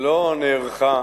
לא נערכה